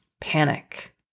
panic